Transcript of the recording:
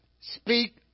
Speak